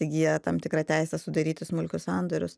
įgyja tam tikrą teisę sudaryti smulkius sandorius